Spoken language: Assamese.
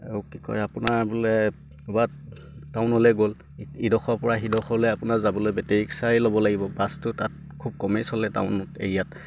আৰু কি কয় আপোনাৰ বোলে ক'ৰবাত টাউনলে গ'ল ইডখৰ পৰা সিডখলে আপোনাৰ যাবলৈ বেটেৰি ৰিক্সাই ল'ব লাগিব বাছটো তাত খুব কমেই চলে টাউন এৰিয়াত